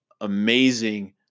amazing